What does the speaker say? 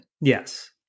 Yes